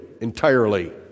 entirely